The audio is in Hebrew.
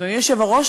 אדוני היושב-ראש,